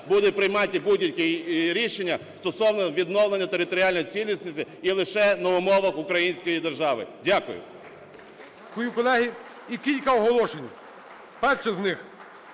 буде приймати будь-які рішення стосовно відновлення територіальної цілісності і лише на умовах української держави. Дякую. ГОЛОВУЮЧИЙ. Дякую, колеги. І кілька оголошень. Перше з них